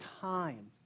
time